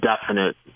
definite